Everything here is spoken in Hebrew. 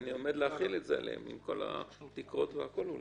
אני עומד להחיל את זה עליהם עם כל התקרות והכול,